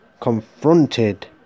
confronted